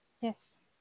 yes